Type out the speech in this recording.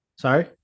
Sorry